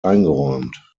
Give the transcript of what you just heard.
eingeräumt